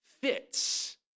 fits